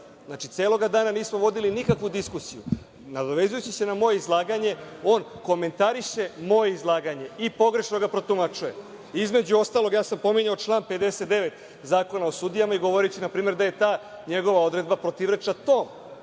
Znači, celoga dana nismo vodili nikakvu diskusiju. Nadovezujući se na moje izlaganje on komentariše moje izlaganje i pogrešno ga protumačuje. Između ostalog, pominjao sam član 59. Zakona o sudijama i govoreći npr. da je ta njegova odredba protivrečna toj